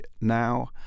now